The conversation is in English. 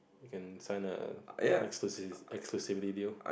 you can sign a exclusive exclusivity deal